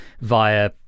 via